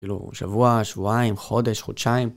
כאילו, שבוע, שבועיים, חודש, חודשיים.